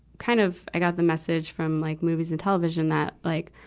kind of i got the message from like movies and television that like,